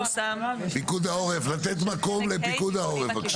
פיקוד העורף, לתת מקום לפיקוד העורף, בבקשה.